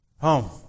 Home